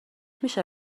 میشه